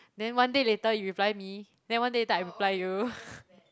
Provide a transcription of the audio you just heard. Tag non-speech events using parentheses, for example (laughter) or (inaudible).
then one day later you reply me then one day later I reply you (laughs)